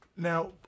Now